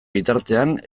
bitartean